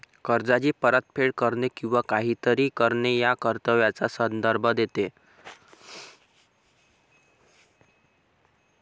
कर्जाची परतफेड करणे किंवा काहीतरी करणे या कर्तव्याचा संदर्भ देते